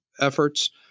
efforts